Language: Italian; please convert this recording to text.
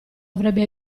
avrebbe